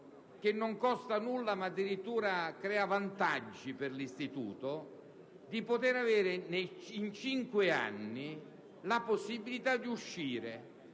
che non costa nulla ma addirittura crea vantaggi per l'istituto, quello di poter avere in cinque anni la possibilità di uscire